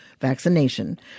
vaccination